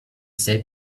said